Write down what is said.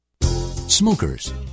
smokers